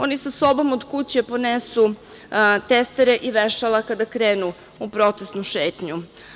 Oni sa sobom od kuće ponesu testere i vešala kada krenu u protesnu šetnju.